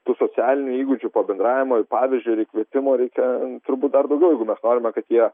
tų socialinių įgūdžių pabendravimo ir pavyzdžio ir įkvėpimo reikia turbūt dar daugiau jeigu mes norime kad jie